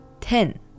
ten